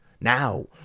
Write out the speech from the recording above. Now